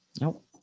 Nope